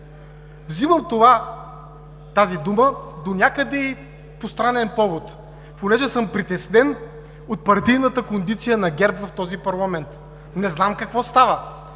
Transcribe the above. Взимам тази дума донякъде и по странен повод, понеже съм притеснен от партийната кондиция на ГЕРБ в този парламент. Не знам какво става!